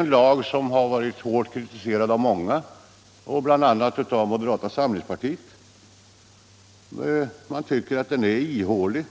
en lag som blivit hårt kritiserad av många, bl.a. av moderata samlingspartiet. Man tycker att den är ihålig.